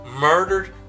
murdered